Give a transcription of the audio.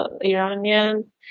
Iranian